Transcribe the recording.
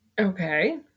Okay